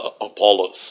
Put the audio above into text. Apollos